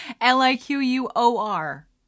l-i-q-u-o-r